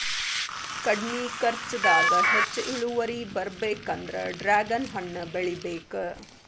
ಕಡ್ಮಿ ಕರ್ಚದಾಗ ಹೆಚ್ಚ ಇಳುವರಿ ಬರ್ಬೇಕಂದ್ರ ಡ್ರ್ಯಾಗನ್ ಹಣ್ಣ ಬೆಳಿಬೇಕ